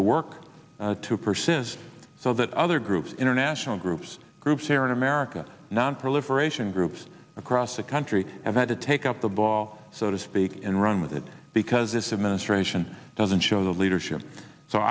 the work to persist so that other groups international groups groups here in america nonproliferation groups across the country have had to take up the ball so to speak and run with it because this administration doesn't show the leadership so